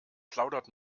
plaudert